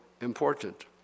important